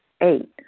Eight